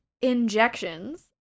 injections